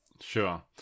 sure